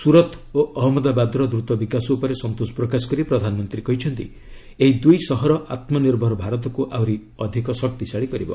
ସୁରତ୍ ଓ ଅହନ୍ମଦାବାଦର ଦ୍ରତ ବିକାଶ ଉପରେ ସନ୍ତୋଷ ପ୍ରକାଶ କରି ପ୍ରଧାନମନ୍ତ୍ରୀ କହିଛନ୍ତି ଏହି ଦୁଇ ସହର ଆତ୍ମନିର୍ଭର ଭାରତକୁ ଆହୁରି ଶକ୍ତିଶାଳୀ କରିବ